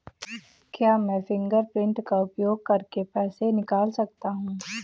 क्या मैं फ़िंगरप्रिंट का उपयोग करके पैसे निकाल सकता हूँ?